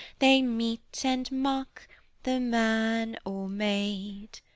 they meet and mark the man or maid.